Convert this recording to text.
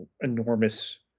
enormous